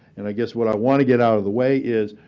and i guess what i want to get out of the way is